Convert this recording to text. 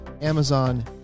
Amazon